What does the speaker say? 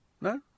No